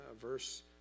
verse